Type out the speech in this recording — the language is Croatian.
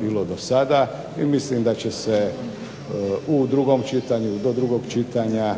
bilo do sada, i mislim da će se u drugom čitanju ili do drugog čitanja